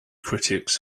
critics